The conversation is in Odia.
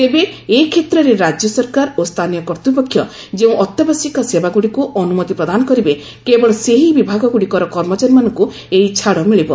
ତେବେ ଏ କ୍ଷେତ୍ରରେ ରାଜ୍ୟ ସରକାର ଓ ସ୍ଥାନୀୟ କର୍ତ୍ତ୍ୱପକ୍ଷ ଯେଉଁ ଅତ୍ୟାବଶ୍ୟକ ସେବାଗୁଡ଼ିକୁ ଅନୁମତି ପ୍ରଦାନ କରିବେ କେବଳ ସେହି ବିଭାଗଗୁଡ଼ିକର କର୍ମଚାରୀମାନଙ୍କୁ ଏହି ଛାଡ଼ ମିଳିବ